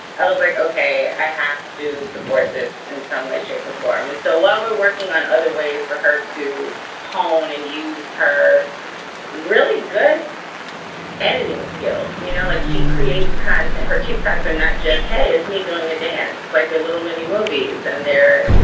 i was like, ok, i have to support this in some way, shape or form. and so while we're working on other ways for her to hone and use her really good editing skills, you know, like she creates content or tic tacs or not just, hey, it's me doing a dance. it's like a little mini movies. and there,